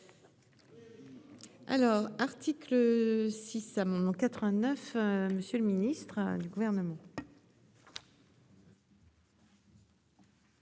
Alors, article 6 à mon en 89. Monsieur le Ministre du gouvernement.